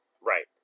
right